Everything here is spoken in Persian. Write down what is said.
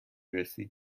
رسی